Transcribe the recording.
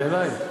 זה אלייך,